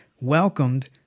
welcomed